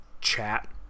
chat